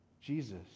Jesus